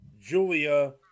Julia